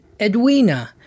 Edwina